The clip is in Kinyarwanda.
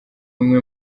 umwe